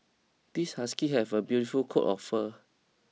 this husky have a beautiful coat of fur